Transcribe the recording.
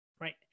right